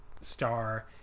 star